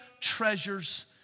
treasures